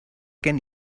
gen